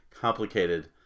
complicated